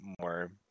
more